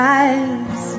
eyes